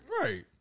Right